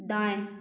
दाएँ